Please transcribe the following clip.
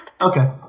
Okay